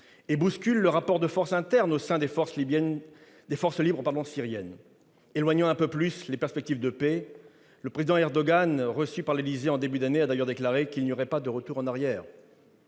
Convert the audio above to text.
et bouscule le rapport de force au sein des forces libres syriennes, éloignant un peu plus les perspectives de paix. Le président Erdogan, reçu par l'Élysée en début d'année, a d'ailleurs déclaré qu'« il n'y aura pas de retour en arrière